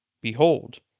Behold